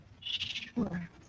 Sure